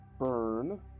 burn